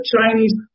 Chinese